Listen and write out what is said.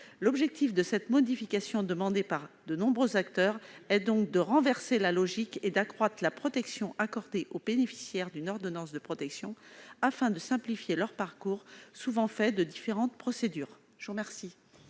L'objectif de cette modification demandée par de nombreux acteurs est donc de renverser la logique et d'accroître la protection accordée aux bénéficiaires d'une ordonnance, afin de simplifier leur parcours, souvent fait de différentes procédures.